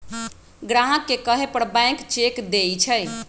ग्राहक के कहे पर बैंक चेक देई छई